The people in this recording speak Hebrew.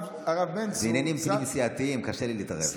בעניינים פנים-סיעתיים קשה לי להתערב.